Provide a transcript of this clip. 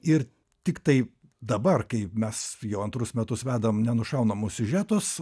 ir tiktai dabar kai mes jau antrus metus vedam nenušaunamus siužetus